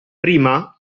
prima